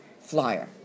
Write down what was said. flyer